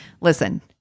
listen